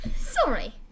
Sorry